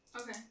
Okay